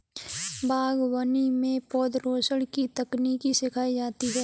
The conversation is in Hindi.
बागवानी में पौधरोपण की तकनीक सिखाई जाती है